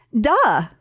duh